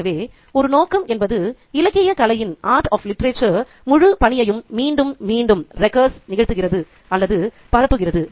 ஆகவே ஒரு நோக்கம் என்பது இலக்கியக் கலையின் முழுப் பணியையும் மீண்டும் மீண்டும் நிகழ்த்துகிறது அல்லது பரப்புகிறது